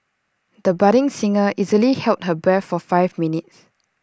the budding singer easily held her breath for five minutes